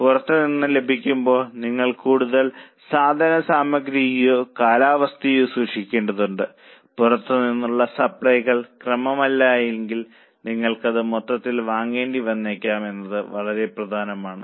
പുറത്തുനിന്ന് ലഭിക്കുമ്പോൾ നിങ്ങൾ കൂടുതൽ സാധനസാമഗ്രിയോ കാലാവസ്ഥയോ സൂക്ഷിക്കേണ്ടതുണ്ട് പുറത്തുനിന്നുള്ള സപ്ലൈകൾ ക്രമമായില്ലെങ്കിൽ നിങ്ങൾ അത് മൊത്തത്തിൽ വാങ്ങേണ്ടി വന്നേക്കാം എന്നത് വളരെ പ്രധാനമാണ്